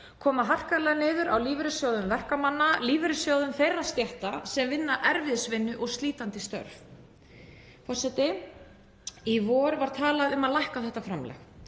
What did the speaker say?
koma harkalega niður á lífeyrissjóðum verkamanna, lífeyrissjóðum þeirra stétta sem vinna erfiðisvinnu og slítandi störf. Forseti. Í vor var talað um að lækka þetta framlag.